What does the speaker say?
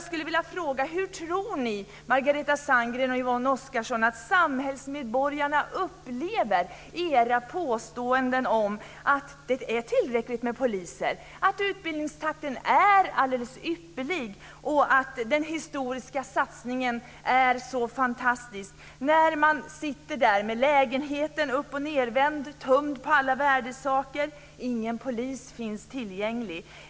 Sandgren och Yvonne Oscarsson, att samhällsmedborgarna upplever era påståenden om att det är tillräckligt med poliser, att utbildningstakten är alldeles ypperlig och att den historiska satsningen är så fantastisk när de sitter där med lägenheten uppochnedvänd, tömd på alla värdesaker, och ingen polis finns tillgänglig?